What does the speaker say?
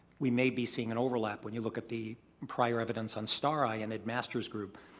we may be seeing an overlap when you look at the prior evidence on stari in ed masters group.